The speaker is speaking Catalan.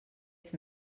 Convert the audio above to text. ets